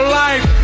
life